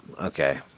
Okay